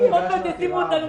אנחנו הגשנו עתירה,